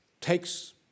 Takes